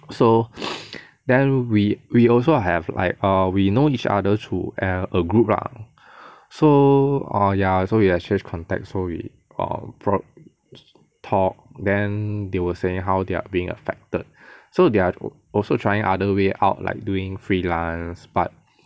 so then we we also have like err we know each other through eh a group lah so ah ya so we exchange contact so we err pro~ talk then they were saying how they're being affected so they're also trying other way out like doing freelance but